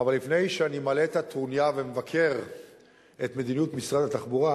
אבל לפני שאני מעלה את הטרוניה ומבקר את מדיניות משרד התחבורה